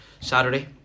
Saturday